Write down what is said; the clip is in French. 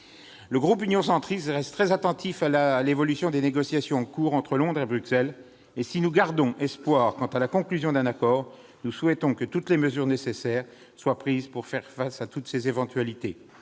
du groupe Union Centriste restent très attentifs à l'évolution des négociations en cours entre Londres et Bruxelles. Si nous gardons espoir quant à la conclusion d'un accord, nous souhaitons que toutes les mesures nécessaires soient prises pour faire face à ces diverses éventualités.